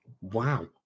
Wow